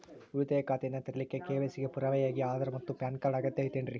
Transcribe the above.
ಉಳಿತಾಯ ಖಾತೆಯನ್ನ ತೆರಿಲಿಕ್ಕೆ ಕೆ.ವೈ.ಸಿ ಗೆ ಪುರಾವೆಯಾಗಿ ಆಧಾರ್ ಮತ್ತು ಪ್ಯಾನ್ ಕಾರ್ಡ್ ಅಗತ್ಯ ಐತೇನ್ರಿ?